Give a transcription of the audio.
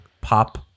pop